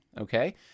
okay